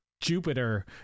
Jupiter